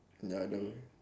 ya duh